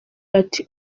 ati